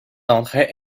d’entrée